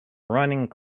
running